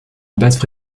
basses